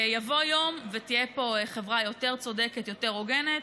ויבוא יום ותהיה פה חברה יותר צודקת, יותר הוגנת,